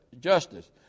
justice